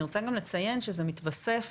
ואני רוצה גם לציין שזה מתווסף